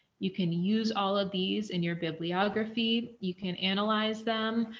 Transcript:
you can use all of these in your bibliography. you can analyze them.